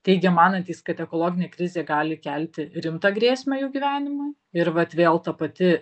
teigė manantys kad ekologinė krizė gali kelti rimtą grėsmę jų gyvenimui ir vat vėl ta pati